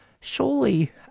Surely